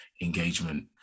engagement